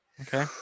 Okay